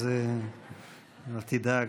אז אל תדאג,